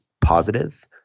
positive